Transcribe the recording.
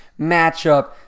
matchup